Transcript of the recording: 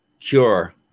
cure